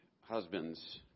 husbands